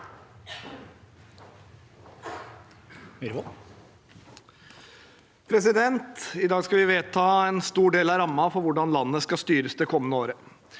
I dag skal vi vedta en stor del av rammene for hvordan landet skal styres det kommende året.